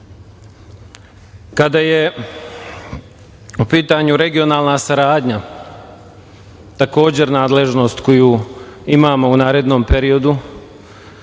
je u pitanju regionalna saradnja, takođe nadležnost koju imamo u narednom periodu,